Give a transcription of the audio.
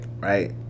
Right